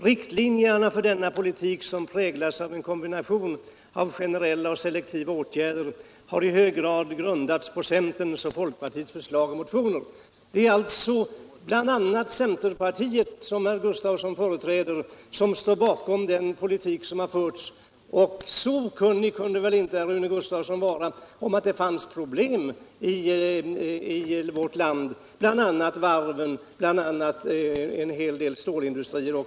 Riktlinjerna för denna politik, som präglas av en kombination av generella och selektiva åtgärder, har i hög grad grundats på centerns och folkpartiets förslag och motioner.” Det är alltså bl.a. centerpartiet, som herr Gustavsson företräder, som står bakom den politik som har förts. Så okunnig kunde väl inte Rune Gustavsson vara om att det fanns problem i vårt land; jag tänker t.ex. på varven och på en hel del stålindustrier.